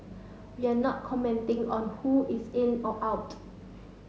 we are not commenting on who is in or out